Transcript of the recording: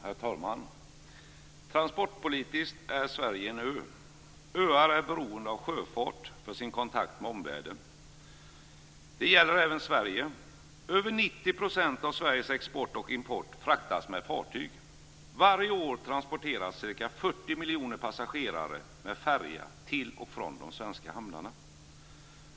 Herr talman! Transportpolitiskt är Sverige en ö. Öar är beroende av sjöfart för sin kontakt med omvärlden. Det gäller även Sverige. Över 90 % av Sveriges export och import fraktas med fartyg. Varje år transporteras ca 40 miljoner passagerare med färja till eller från de svenska hamnarna.